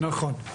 נכון.